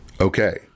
Okay